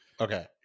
Okay